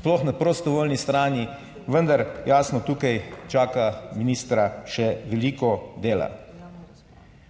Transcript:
sploh na prostovoljni strani, vendar jasno, tukaj čaka ministra še veliko dela.